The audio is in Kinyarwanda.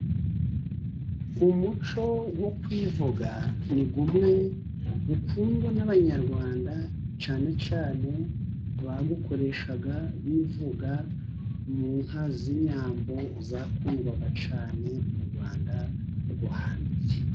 Umuco wo kwivuga ni umwe ukundwa n' abanyarwanda, cyane cyane bawukoresha bivuga mu nka z' inyambo, zakundwaga cyane mu Rwanda rwo hambere.